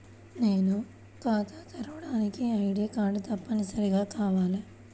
నేను ఖాతా తెరవడానికి ఐ.డీ కార్డు తప్పనిసారిగా కావాలా?